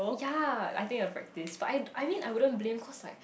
ya I think I practice but I I mean I wouldn't blame cause like